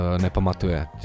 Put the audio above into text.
nepamatuje